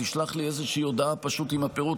תשלח לי איזושהי הודעה פשוט עם הפירוט,